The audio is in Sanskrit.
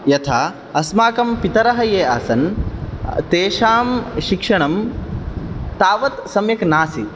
यथा अस्माकं पितरः ये आसन् तेषां शिक्षणं तावत् सम्यक् नासीत्